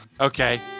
Okay